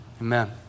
amen